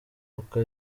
uko